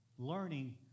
learning